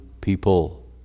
people